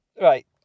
right